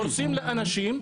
הורסים לאנשים,